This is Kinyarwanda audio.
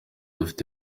afite